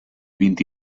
vint